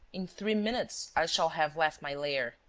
in three minutes i shall have left my lair,